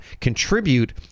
Contribute